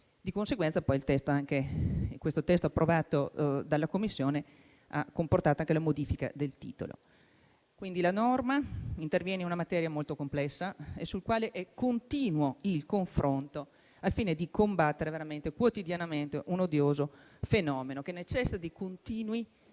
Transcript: Di conseguenza, il testo approvato dalla Commissione ha comportato anche la modifica del titolo. La norma interviene quindi in una materia molto complessa, sulla quale è continuo il confronto al fine di combattere quotidianamente un odioso fenomeno che necessita di continui